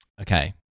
Okay